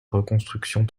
reconstruction